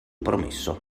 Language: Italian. promesso